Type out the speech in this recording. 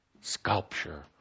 sculpture